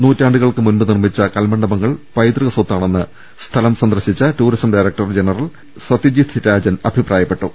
നൂറ്റാണ്ടുകൾക്കുമുമ്പ് നിർമ്മിച്ച കൽമ ണ് ഡ പ ങ്ങൾ പൈതൃക് സ്വത്താണെന്ന് സ്ഥലം സന്ദർശിച്ച tourism director general Satyajit Rajan അഭിപ്രായപ്പെട്ടു